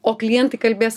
o klientai kalbės